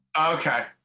Okay